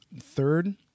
third